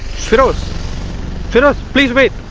feroz feroz, please wait.